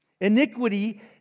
Iniquity